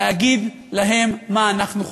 להגיד להם מה אנחנו חושבים.